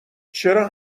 چرا